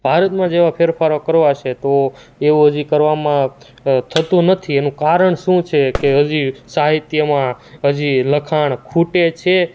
ભારતમાં જેવા ફેરફારો કરવા છે તો એવો હજી કરવામાં થતું નથી એનું કારણ શું છે કે હજી સાહિત્યમાં હજી લખાણ ખૂટે છે